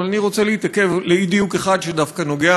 אבל אני רוצה להתעכב על אי-דיוק אחד שדווקא נוגע